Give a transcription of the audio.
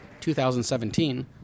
2017